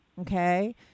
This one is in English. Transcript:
Okay